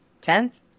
Tenth